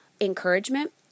encouragement